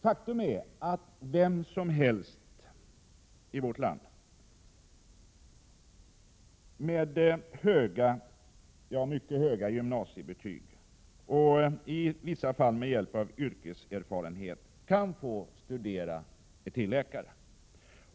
Faktum är att vem som helst i vårt land med mycket höga gymnasiebetyg, i vissa fall med hjälp av yrkeserfarenheter, kan få studera till läkare.